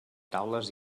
taules